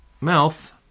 mouth